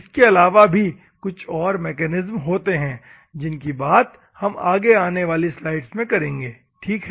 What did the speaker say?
इसके अलावा भी कुछ और मैकेनिज्म होते हैं जिनकी बात हम आगे आने वाली स्लाइड्स में करेंगे ठीक है